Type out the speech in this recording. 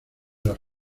los